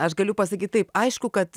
aš galiu pasakyt taip aišku kad